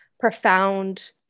profound